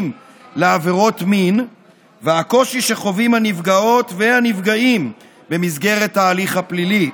לעבירות מין והקושי שחווים הנפגעות והנפגעים במסגרת ההליך הפלילי.